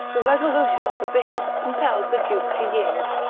the resolution of the bishop compelled the duke to yield,